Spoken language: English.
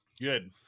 Good